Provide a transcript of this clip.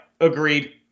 agreed